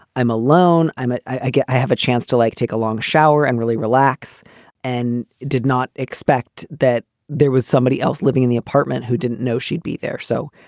i'm alone. i'm. i guess i have a chance to, like, take a long shower and really relax and did not expect that there was somebody else living in the apartment who didn't know she'd be there. so,